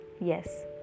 Yes